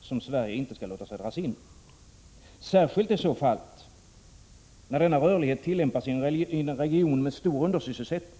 som Sverige inte skall låta sig dras in i. Särskilt är så fallet när rörligheten tillämpas i en region med stor undersysselsättning.